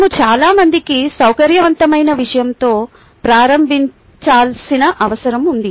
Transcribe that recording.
మేము చాలా మందికి సౌకర్యవంతమైన విషయంతో ప్రారంభించాల్సిన అవసరం ఉంది